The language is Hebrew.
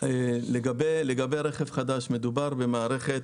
לגבי רכב חדש מדובר במערכת